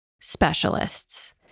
specialists